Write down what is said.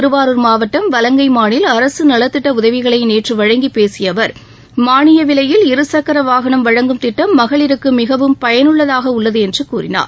திருவாரூர் மாவட்டம் வலங்கைமானில் அரசு நலத்திட்ட உதவிகளை நேற்று வழங்கி பேசிய அவர் மாளிய விலையில் இருசக்கர வாகனம் வழங்கும் திட்டம் மகளிருக்கு மிகவும் பயனுள்ளதாக உள்ளது என்று கூறினார்